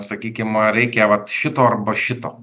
sakykim reikia vat šito arba šito